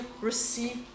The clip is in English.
receive